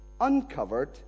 uncovered